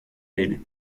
elle